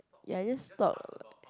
ya you just talk